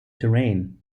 terrain